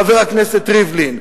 חבר הכנסת ריבלין",